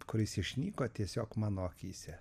kuris išnyko tiesiog mano akyse